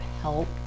helped